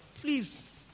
Please